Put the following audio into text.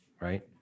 right